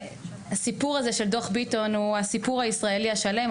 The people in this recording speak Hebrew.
הסיפור הזה של דו"ח ביטון הוא הסיפור הישראלי השלם,